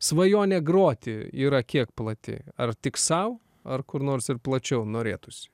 svajonė groti yra kiek plati ar tik sau ar kur nors ir plačiau norėtųsi